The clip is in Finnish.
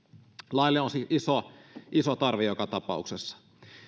laille on iso tarve joka tapauksessa